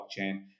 blockchain